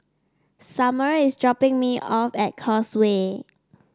Sommer is dropping me off at Causeway